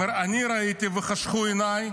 הוא אמר: אני ראיתי וחשכו עיניי,